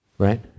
Right